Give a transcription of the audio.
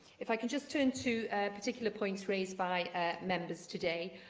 if i could just turn to particular points raised by members today,